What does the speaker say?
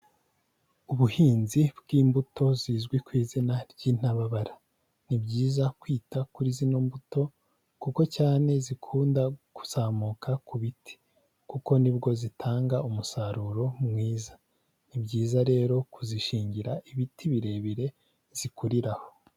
Ubuhinzi bwi'imbuto zizwi ku izina ry'intababara. Ni byiza kwita kuri zino mbuto kuko cyane zikunda kuzamuka ku biti kuko nibwo zitanga umusaruro mwiza. Ni byiza rero kuzishingira ibiti birebire, zikuriraho.